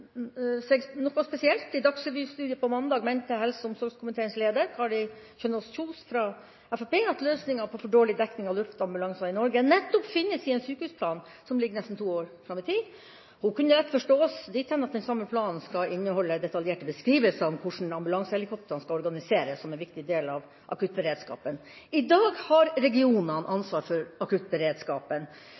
seg noe spesielt. I Dagsrevy-studioet på mandag mente helse- og omsorgskomiteens leder, Kari Kjønaas Kjos fra Fremskrittspartiet, at løsningen på for dårlig dekning av luftambulanser i Norge nettopp finnes i en sykehusplan som ligger nesten to år fram i tid. Hun kunne lett forstås dit hen at den samme planen skulle inneholde detaljerte beskrivelser av hvordan ambulansehelikoptrene skulle organisere en så viktig del av akuttberedskapen. I dag har regionene ansvar for akuttberedskapen,